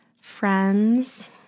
friends